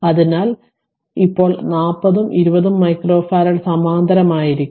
അതിനാൽ എപ്പോൾ 40 ഉം 20 ഉം മൈക്രോഫറാഡ് സമാന്തരമായിരിക്കും